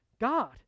God